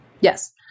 Yes